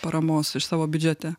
paramos iš savo biudžete